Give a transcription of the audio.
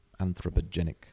anthropogenic